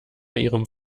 ihrem